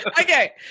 Okay